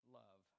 love